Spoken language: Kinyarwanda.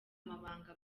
amabanga